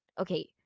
okay